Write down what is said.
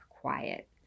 quiet